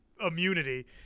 immunity